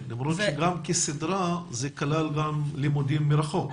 למרות שגם כסדרה כלל גם לימודים מרחוק.